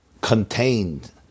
contained